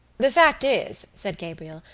the fact is, said gabriel,